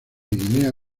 guinea